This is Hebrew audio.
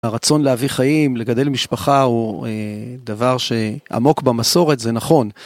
הרצון להביא חיים, לגדל משפחה הוא דבר שעמוק במסורת, זה נכון.